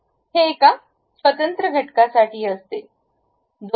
हे एका स्वतंत्र घटकासाठी असते